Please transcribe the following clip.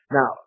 Now